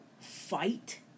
fight